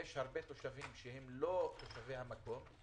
יש הרבה תושבים שהם לא תושבי המקום.